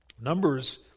Numbers